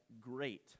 great